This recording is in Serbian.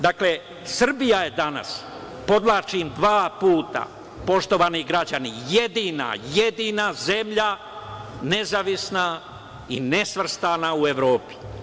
Dakle, Srbija je danas, podvlačim dva puta, poštovani građani, jedina zemlja nezavisna i nesvrstana u Evropi.